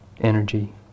energy